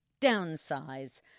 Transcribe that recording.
downsize